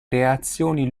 reazioni